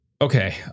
Okay